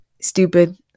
stupid